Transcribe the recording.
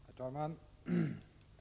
Herr talman!